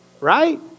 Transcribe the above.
right